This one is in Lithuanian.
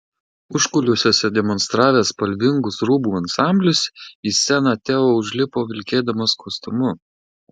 užkulisiuose demonstravęs spalvingus rūbų ansamblius į sceną teo užlipo vilkėdamas kostiumu